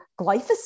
glyphosate